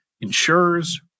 insurers